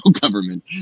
government